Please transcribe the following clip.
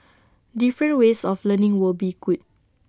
different ways of learning would be good